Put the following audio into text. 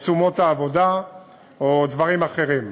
או תשומות העבודה או דברים אחרים.